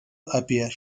appear